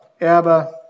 Abba